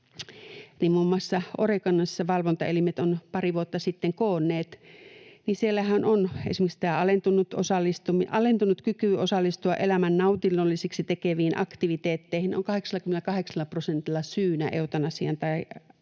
muun muassa Oregonissa valvontaelimet ovat pari vuotta sitten niitä koonneet — niin siellähän on esimerkiksi tämä alentunut kyky osallistua elämän nautinnolliseksi tekeviin aktiviteetteihin 88 prosentilla syynä eutanasian tai